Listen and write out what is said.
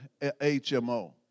HMO